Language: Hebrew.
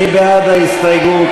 מי בעד ההסתייגות?